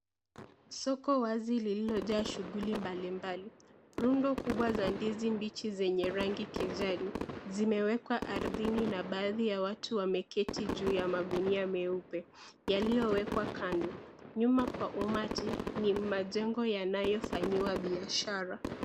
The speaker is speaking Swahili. Soko wazi lililojaa shughuli mbalimbali. Rundo kubwa za ndizi mbiji zenye rangi kijani. Zimewekwa ardhini na baadhi ya watu wameketi juu ya magunia meupe yaliyowekwa kando. Nyuma kwa umati ni majengo yanayofanyiwa biashara.